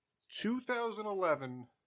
2011